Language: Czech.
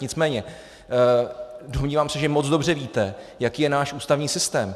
Nicméně domnívám se, že moc dobře víte, jaký je náš ústavní systém.